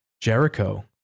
Jericho